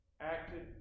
acted